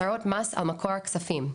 הצהרות מס במקור כספים.